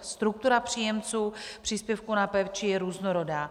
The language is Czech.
Struktura příjemců příspěvku na péči je různorodá.